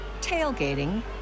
tailgating